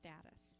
status